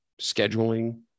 scheduling